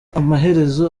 amaherezo